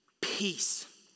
Peace